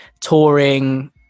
touring